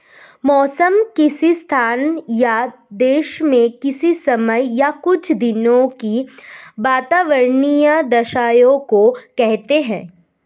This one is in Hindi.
मौसम किसी स्थान या देश में किसी समय या कुछ दिनों की वातावार्नीय दशाओं को कहते हैं